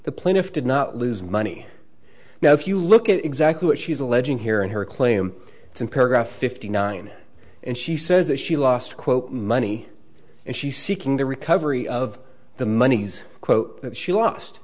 the plaintiff did not lose money now if you look at exactly what she is alleging here and her claim to paragraph fifty nine and she says that she lost quote money and she's seeking the recovery of the monies quote that she lost